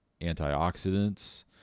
antioxidants